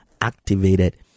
activated